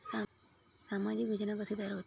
सामाजिक योजना कसे तयार होतत?